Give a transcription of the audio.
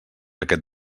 aquest